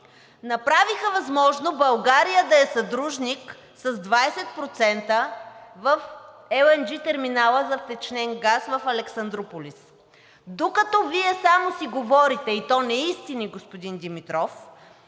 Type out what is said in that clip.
направиха възможно България да е съдружник с 20% в LNG терминала за втечнен газ в Александруполис. Докато Вие само си говорите, и то неистини, господин Димитров,